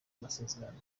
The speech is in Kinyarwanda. masezerano